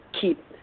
keep